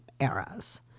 eras